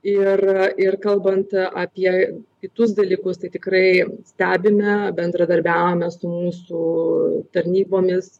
ir ir kalbant apie kitus dalykus tai tikrai stebime bendradarbiaujame su mūsų tarnybomis